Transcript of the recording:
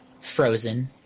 frozen